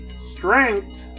strength